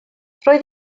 roedd